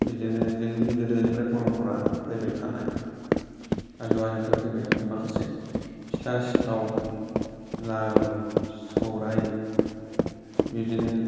बिदिनो जोंनि गोदोनिफ्राय परम्परा फैबाय थानाय आजै आजौनिफ्राय फैबाय थानाय माखासे फिथा सिथाव लारु सौराय बिदिनो